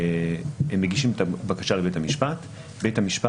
הם מגישים את הבקשה לבית המשפט ובית המשפט